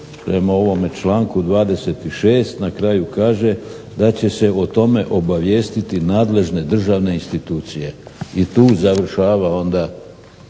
prema ovome članku 26. na kraju kaže da će se o tome obavijestiti nadležne državne institucije. I tu završava onda